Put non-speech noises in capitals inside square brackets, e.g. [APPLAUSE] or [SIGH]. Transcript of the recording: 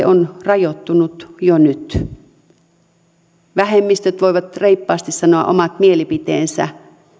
[UNINTELLIGIBLE] on rajoittunut jo nyt vähemmistöt voivat reippaasti sanoa omat mielipiteensä